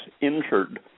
injured